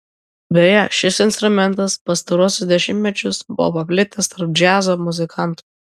beje šis instrumentas pastaruosius dešimtmečius buvo paplitęs tarp džiazo muzikantų